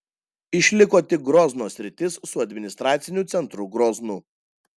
išliko tik grozno sritis su administraciniu centru groznu